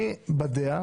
אני בדעה